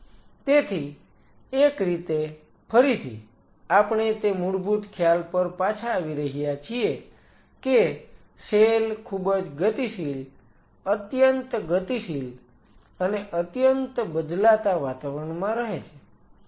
તેથી એક રીતે ફરીથી આપણે તે મૂળભૂત ખ્યાલ પર પાછા આવી રહ્યા છીએ કે સેલ ખૂબ જ ગતિશીલ અત્યંત ગતિશીલ અને અત્યંત બદલાતા વાતાવરણમાં રહે છે